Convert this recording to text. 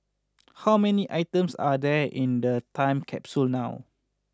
how many items are there in the time capsule now